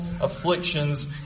afflictions